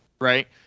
Right